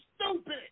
stupid